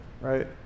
right